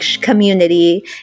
community